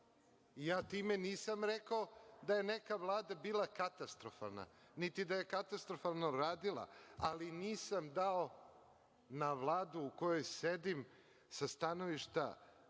Time nisam rekao da je neka vlada bila katastrofalna, niti da je katastrofalno radila, ali nisam dao na Vladu u kojoj sedim sa stanovišta